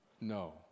No